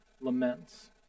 laments